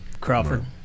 Crawford